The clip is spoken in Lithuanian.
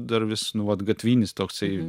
dar vis nu vat gatvinis toksai